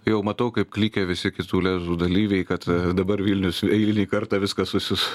jau matau kaip klykia visi kitų lezų dalyviai kad dabar vilnius eilinį kartą viską susis